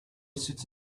sits